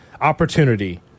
opportunity